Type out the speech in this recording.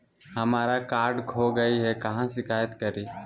हमरा कार्ड खो गई है, कहाँ शिकायत करी?